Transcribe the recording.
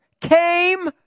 came